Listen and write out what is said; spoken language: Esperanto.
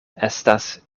estas